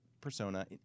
persona